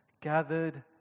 gathered